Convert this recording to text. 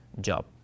job